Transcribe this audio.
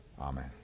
Amen